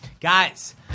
Guys